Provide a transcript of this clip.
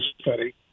study